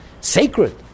sacred